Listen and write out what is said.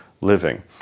living